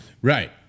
Right